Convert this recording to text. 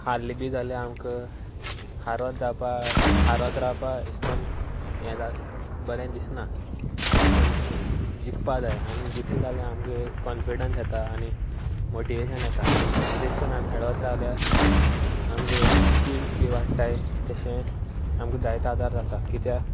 हारले बी जाल्यार आमकां हारत रावपा हारत रावपा अशे करून हें जाता बरें दिसना अशें करून जिखपा जाय आनी जिखले जाल्यार आमकां कॉन्फिडन्स येता आनी मोटिवेशन येता आनी तशें करून आमी खेळत रावल्यार आमचे स्किल्स बी वाडटात तशें आमकां जायतो आदार जाता कित्याक